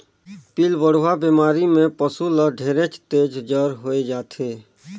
पिलबढ़वा बेमारी में पसु ल ढेरेच तेज जर होय जाथे